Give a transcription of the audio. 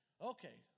Okay